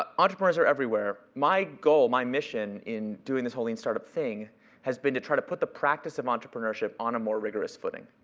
ah entrepreneurs are everywhere. my goal, my mission in doing this whole lean startup thing has been to try to put the practice of entrepreneurship on a more rigorous footing.